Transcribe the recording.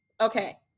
Okay